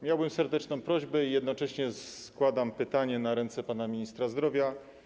Miałbym serdeczną prośbę, a jednocześnie składam pytanie na ręce pana ministra zdrowia.